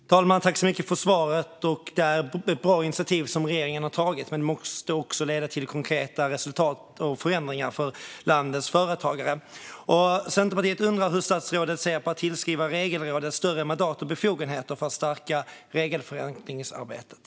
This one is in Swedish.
Fru talman! Jag tackar så mycket för svaret. Det är ett bra initiativ som regeringen har tagit. Men det måste också leda till konkreta resultat och förändringar för landets företagare. Vi i Centerpartiet undrar hur statsrådet ser på att tillskriva Regelrådet större mandat och befogenheter för att stärka regelförenklingsarbetet.